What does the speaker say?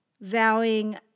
vowing